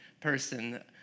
person